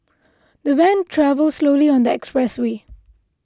the van travelled slowly on the expressway